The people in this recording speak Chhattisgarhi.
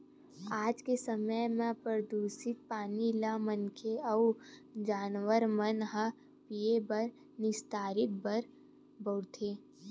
आज के समे म परदूसित पानी ल मनखे अउ जानवर मन ह पीए बर, निस्तारी बर बउरथे